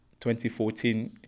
2014